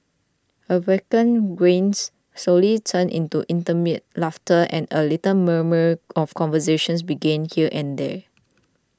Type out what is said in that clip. awkward grins slowly turned into intermittent laughter and a little murmurs of conversations began here and there